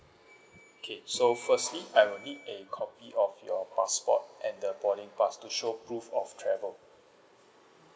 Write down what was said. okay so firstly I will need a copy of your passport and the boarding pass to show proof of travel